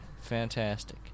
Fantastic